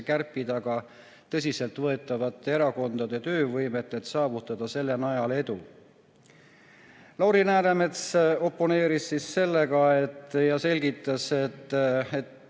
kärpida tõsiselt võetavate erakondade töövõimet, et saavutada selle najal edu. Lauri Läänemets oponeeris sellega, et selgitas, et